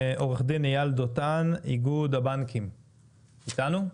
עו"ד אייל דותן מאיגוד הבנקים, בבקשה.